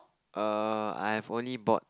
err I have only bought